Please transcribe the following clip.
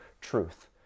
truth